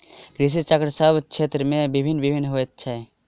कृषि चक्र सभ क्षेत्र मे भिन्न भिन्न होइत छै